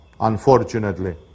unfortunately